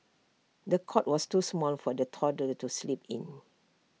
the cot was too small for the toddler to sleep in